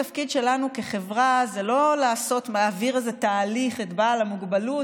התפקיד שלנו כחברה זה לא להעביר איזה תהליך את בעל המוגבלות,